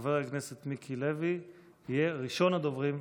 חבר הכנסת מיקי לוי יהיה ראשון הדוברים,